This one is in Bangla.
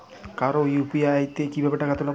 কারো ইউ.পি.আই তে কিভাবে টাকা পাঠাবো?